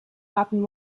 happen